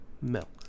milk